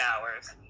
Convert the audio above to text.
hours